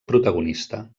protagonista